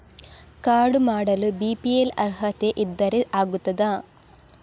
Card ಮಾಡಲು BPL ಅರ್ಹತೆ ಇದ್ದರೆ ಆಗುತ್ತದ?